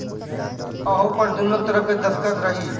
ओहपर दुन्नो तरफ़ के दस्खत रही